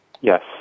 Yes